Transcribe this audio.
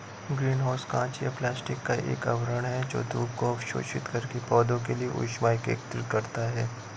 green house कांच या plastic का एक आवरण है जो धूप को अवशोषित करके पौधों के लिए ऊष्मा एकत्रित करता है